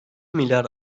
milyar